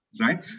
right